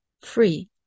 free